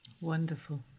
Wonderful